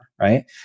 Right